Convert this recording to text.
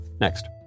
Next